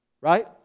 right